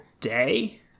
day